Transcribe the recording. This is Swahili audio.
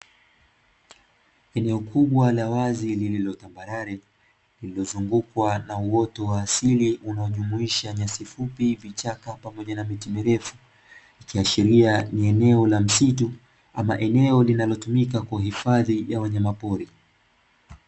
Eneo kubwa la wazi lililotambarare, lililozungukwa na uoto wa asili unaojumuisha nyasi fupi, vichaka pamoja na miti mirefu, ikiashiria ni eneo la msitu ama eneo linalotumika kuhifadhi ya wanyama pori.